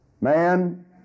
Man